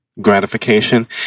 gratification